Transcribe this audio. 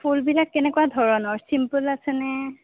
ফুলবিলাক কেনেকুৱা ধৰণৰ ছিম্পুল আছেনে